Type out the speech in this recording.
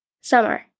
Summer